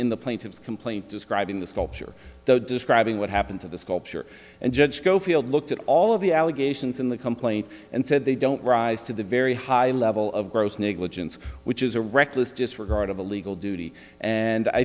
in the plaintiff's complaint describing the sculpture though describing what happened to the sculpture and judge schofield looked at all of the allegations in the complaint and said they don't rise to the very high level of gross negligence which is a reckless disregard of a legal duty and i